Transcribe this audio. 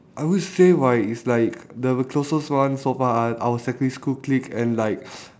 I would say right is like the closest one so far are our secondary school clique and like